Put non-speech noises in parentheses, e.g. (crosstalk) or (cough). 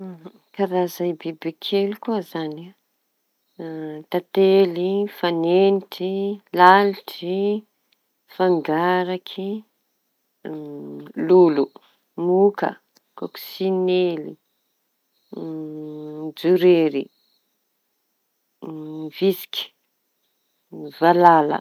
(hesitation) Karazam-biby kely fanenitry, lalitry, fangaraky, (hesitation) lolo, moka, koksinely, (hesitation) jorery, (hesitation) vitsiky, Valala.